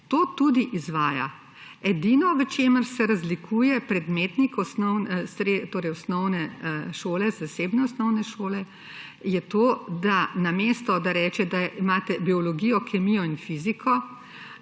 To tudi izvaja. Edino v čem se razlikuje predmetnik zasebne osnovne šole je to, da namesto, da reče, da imate biologijo, kemijo in fiziko,